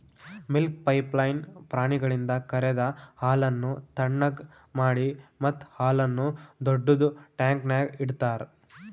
milk pipeline ಪ್ರಾಣಿಗಳಿಂದ ಕರೆದ ಹಾಲನ್ನು ಥಣ್ಣಗ್ ಮಾಡಿ ಮತ್ತ ಹಾಲನ್ನು ದೊಡ್ಡುದ ಟ್ಯಾಂಕ್ನ್ಯಾಗ್ ಇಡ್ತಾರ